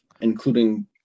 including